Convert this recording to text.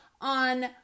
on